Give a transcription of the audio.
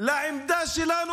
לעמדה שלנו,